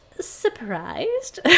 surprised